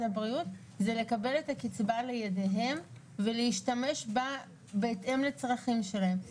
הבריאות זה לקבל את הקצבה לידיהם ולהשתמש בה בהתאם לצרכים שלהם.